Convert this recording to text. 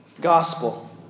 gospel